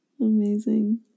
amazing